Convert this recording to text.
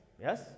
Yes